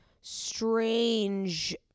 strange